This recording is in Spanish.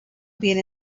bien